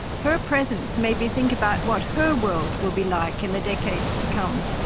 her presence made me think about what her world will be like in the decades to come.